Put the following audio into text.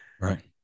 Right